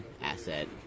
asset